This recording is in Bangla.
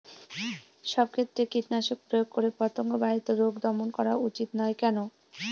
সব ক্ষেত্রে কীটনাশক প্রয়োগ করে পতঙ্গ বাহিত রোগ দমন করা উচিৎ নয় কেন?